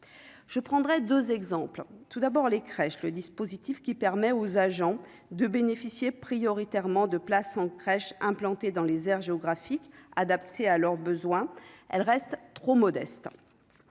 je prendrai 2 exemples, tout d'abord, les crèches, le dispositif qui permet aux agents de bénéficier prioritairement de places en crèches implantées dans les aires géographiques adaptées à leurs besoins, elle reste trop modeste,